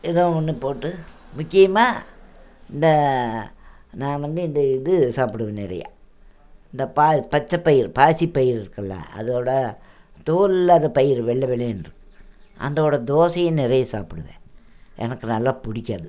எதா ஒன்று போட்டு முக்கியமாக இந்த நான் வந்து இந்த இது சாப்பிடுவேன் நிறையா இந்த பா பச்சைப்பயிறு பாசிப்பயிறு இருக்குதுல்ல அதோடய தோல் இல்லாத பயிறு வெள்ளை வெள்ளேன்னு இருக்கும் அந்தோடய தோசையும் நிறைய சாப்பிடுவேன் எனக்கு நல்லா பிடிக்கும் அது